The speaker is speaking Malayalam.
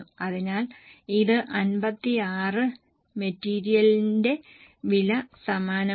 അതിനാൽ ഇത് 56 മെറ്റീരിയലിന്റെ വില സമാനമാണ്